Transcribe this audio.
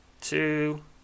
two